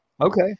Okay